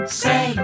say